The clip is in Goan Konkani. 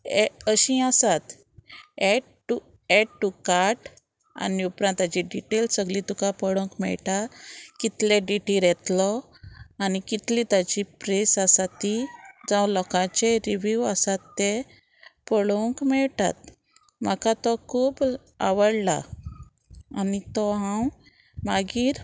ए अशीं आसात add to add to cart आनी उपरांत ताजी डिटेल सगली तुका पळोवंक मेळटा कितले डेटीर येतलो आनी कितली ताची प्रेस आसा ती जावं लोकांचे रिव्यू आसात ते पळोवंक मेळटात म्हाका तो खूब आवडला आनी तो हांव मागीर